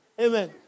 Amen